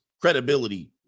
credibility